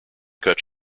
cut